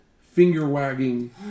finger-wagging